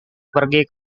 pergi